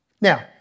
Now